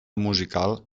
musical